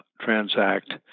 transact